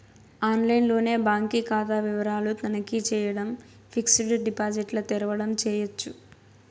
ఆన్లైన్లోనే బాంకీ కాతా వివరాలు తనఖీ చేయడం, ఫిక్సిడ్ డిపాజిట్ల తెరవడం చేయచ్చు